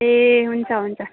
ए हुन्छ हुन्छ